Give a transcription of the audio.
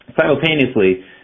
Simultaneously